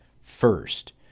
first